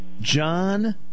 John